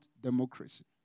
democracy